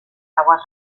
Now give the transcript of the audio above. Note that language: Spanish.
aguas